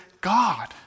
God